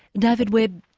david webb,